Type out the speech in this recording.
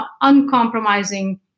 uncompromising